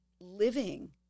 living